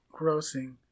grossing